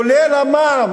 כולל המע"מ,